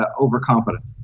overconfident